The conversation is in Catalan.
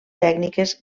tècniques